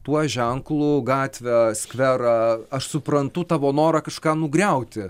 tuo ženklu gatvę skverą aš suprantu tavo norą kažką nugriauti